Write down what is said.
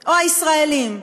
או הישראלים?